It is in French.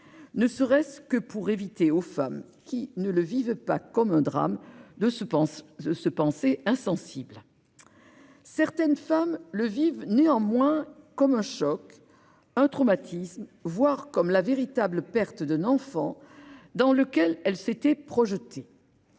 ne serait-ce que pour éviter aux femmes qui ne le vivent pas comme un drame de se penser insensibles. Certaines femmes vivent néanmoins un tel événement comme un choc, un traumatisme, voire comme la véritable perte d'un enfant dans lequel elles s'étaient projetées.